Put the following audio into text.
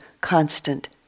constant